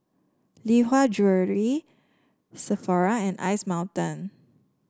Lee Hwa Jewellery Sephora and Ice Mountain